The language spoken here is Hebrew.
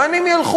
לאן הם ילכו?